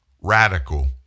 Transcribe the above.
radical